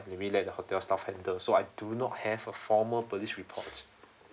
and we let the hotel staff handle so I do not have a formal police report